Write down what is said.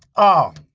oh.